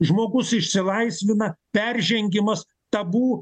žmogus išsilaisvina peržengimas tabu